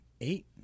Eight